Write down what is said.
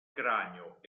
cranio